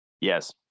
Yes